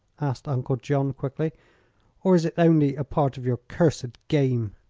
asked uncle john, quickly or is it only a part of your cursed game?